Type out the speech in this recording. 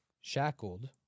shackled